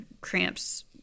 cramps